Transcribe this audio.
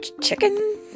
chicken